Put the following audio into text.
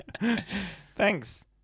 thanks